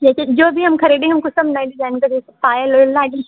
जैसे जो भी हम खरीदेंगे हमको सब नए डिजाइन में हो तो देखो पायल वायल लागी